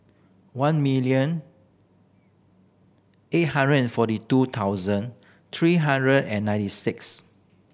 one million eight hundred and forty two thousand three hundred and ninety six